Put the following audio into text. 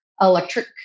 electric